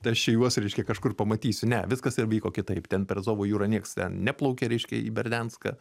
tai aš čia juos reiškia kažkur pamatysiu ne viskas vyko kitaip ten per azovo jūrą nieks ten neplaukė reiškia į berdianską